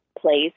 place